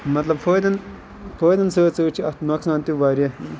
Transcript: مَطلَب فٲدَن فٲیدَن سۭتۍ سۭتۍ چھُ اَتھ نۄفقصان تہِ واریاہ